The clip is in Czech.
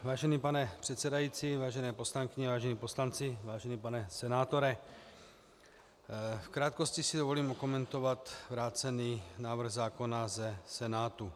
Vážený pane předsedající, vážené poslankyně, vážení poslanci, vážený pane senátore, v krátkosti si dovolím okomentovat vrácený návrh zákona ze Senátu.